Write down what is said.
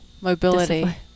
Mobility